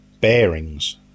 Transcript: bearings